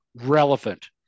relevant